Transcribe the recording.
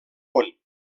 món